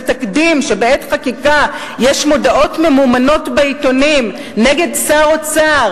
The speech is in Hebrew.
זה תקדים שבעת חקיקה יש מודעות ממומנות בעיתונים נגד שר אוצר,